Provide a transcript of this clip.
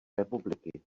republiky